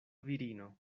virino